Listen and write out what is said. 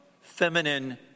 feminine